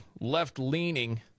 left-leaning